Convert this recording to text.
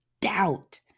doubt